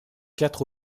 quatre